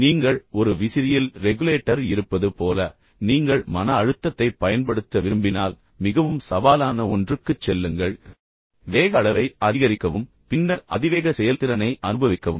நீங்கள் ஒரு விசிறியில் ரெகுலேட்டர் இருப்பது போல நீங்கள் மன அழுத்தத்தைப் பயன்படுத்த விரும்பினால் மிகவும் சவாலான ஒன்றுக்குச் செல்லுங்கள் வேக அளவை அதிகரிக்கவும் பின்னர் அதிவேக செயல்திறனை அனுபவிக்கவும்